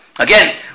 Again